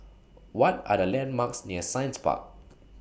What Are The landmarks near Science Park